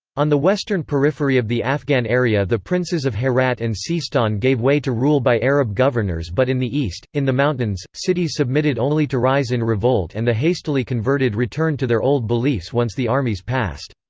on the western periphery of the afghan area the princes of herat and seistan gave way to rule by arab governors but in the east, in the mountains, cities submitted only to rise in revolt and the hastily converted returned to their old beliefs once the armies passed.